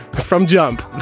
from jump.